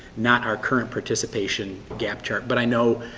not our current participation gap chart but i know,